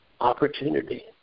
opportunity